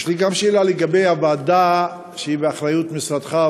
יש לי גם שאלה לגבי הוועדה שהיא באחריות משרדך,